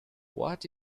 what